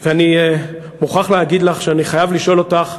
אני מוכרח להגיד לך שאני חייב לשאול אותך: